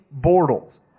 Bortles